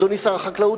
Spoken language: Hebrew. אדוני שר החקלאות,